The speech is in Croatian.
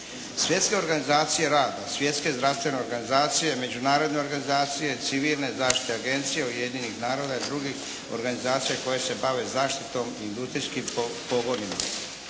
Svjetske organizacije rada, Svjetske zdravstvene organizacije, međunarodne organizacije, civilne, zaštite agencije Ujedinjenih naroda i drugih organizacija koje se bave zaštitom industrijskim pogonima.